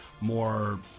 more